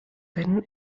deinen